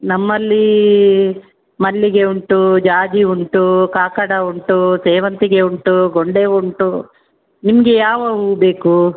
ನಮ್ಮಲ್ಲಿ ಮಲ್ಲಿಗೆ ಉಂಟು ಜಾಜಿ ಉಂಟು ಕಾಕಡ ಉಂಟು ಸೇವಂತಿಗೆ ಉಂಟು ಗೊಂಡೆ ಹೂ ಉಂಟು ನಿಮಗೆ ಯಾವ ಹೂ ಬೇಕು